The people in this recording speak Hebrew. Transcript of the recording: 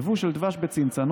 יבוא של דבש בצנצנות